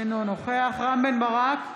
אינו נוכח רם בן ברק,